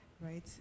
right